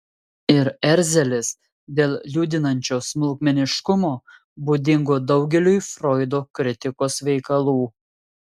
ir erzelis dėl liūdinančio smulkmeniškumo būdingo daugeliui froido kritikos veikalų